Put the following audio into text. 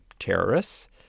terrorists